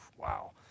wow